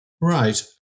Right